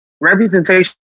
Representation